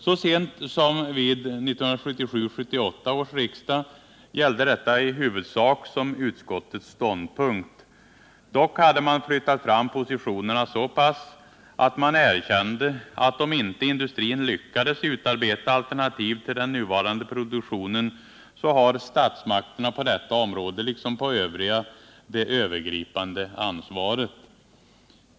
Så sent som vid 1977/78 års riksdag gällde detta i huvudsak som utskottets ståndpunkt. Dock hade man flyttat fram positionerna så pass att man erkände att om inte industrin lyckades utarbeta alternativ till den nuvarande produktionen har statsmakterna på detta område liksom på övriga det övergripande ansvaret.